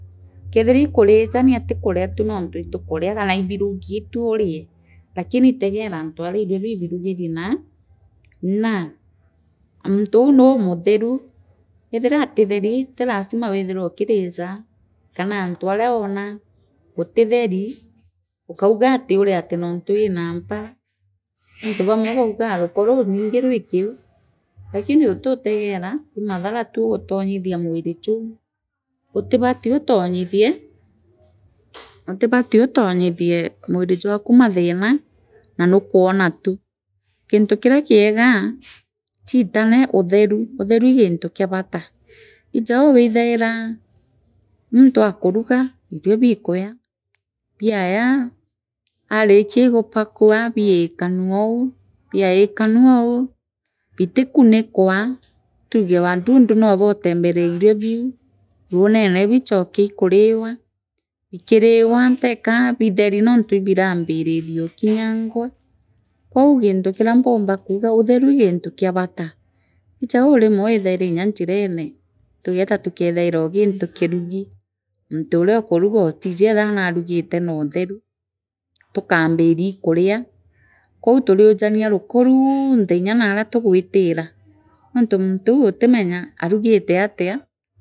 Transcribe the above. Kathira ii kurijania ti kuria tu nontu itukuria kanaa ibirugi tu urie lakini tegera antu aria irio bii birugiri naa na muntu uu nuumutheru ethira atitheri ti lazima withirwa ukirijaa kanaantu ana woona guti then ukauga urie ati nontu wina mpara nontu baamwe baugaa ruliko rurwingi rwi kiu lakini utiutegera ii madhara tu ugatongithia mwiri juu utibati utunyithie utibati utunyithie mwiri jwaku mathira naa nukwona tu gintu kina kieega chiltano utheru ii gintu kia bata ijau withaita muntu akuruga irio bikuciya biaya aarikia ii gupakua biikanwo ou biaikanuo uu bitikunikwa tugo wadudu noobootembelea irio biu runene bichooke ii kuriwa bikiiriwa teka bitheri nontu ibirambiririokinyangwa kou gintu kiria mpumba kuuga utreru ii gintu kia bataa ijau rimwe withaira nya njirene tugeeta tukethaira oo gintu kirugi muntu uria ukuruga utiiji keethia naarugite noothru tukaambina iikuria kwou turiojania ruko nuunthe nya naria tugwitira nontu muntu uu utinenya aarugite atia.